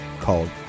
called